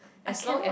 I cannot